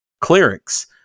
clerics